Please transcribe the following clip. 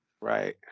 Right